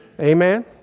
Amen